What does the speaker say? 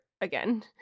again